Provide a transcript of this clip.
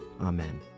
Amen